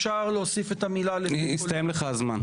אפשר להוסיף את המילה --- הסתיים לך הזמן.